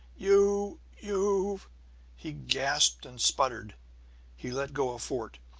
you you've he gasped and spluttered he let go of fort.